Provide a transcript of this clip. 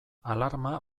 alarma